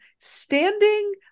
standing